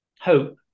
hope